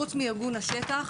חוץ מארגון השטח